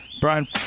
Brian